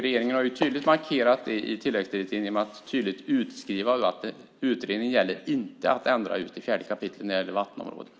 Regeringen har tydligt markerat det i tilläggsdirektiven genom att tydligt skriva ut att utredningen inte gäller att ändra i just 4 kap. miljöbalken när det gäller vattenområden.